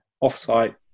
off-site